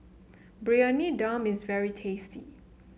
Briyani Dum is very tasty